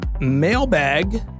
mailbag